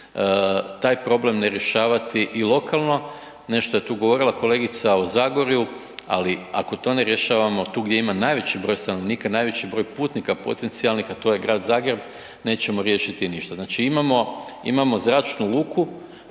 taj problem ne rješavati i lokalno, ne što je tu govorila kolega u Zagorju ali ako to ne rješavamo tu gdje ima najveći broj stanovnika, najveći broj putnika potencijalnih a to je grad Zagreb, nećemo riješiti ništa. Znači imamo zračnu liku